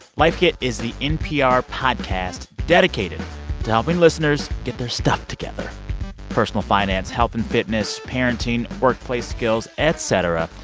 life kit is the npr podcast dedicated to helping listeners get their stuff together personal finance, health and fitness, parenting, workplace skills, etc.